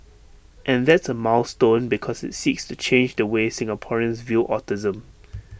and that's A milestone because IT seeks to change the way Singaporeans view autism